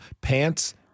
Pants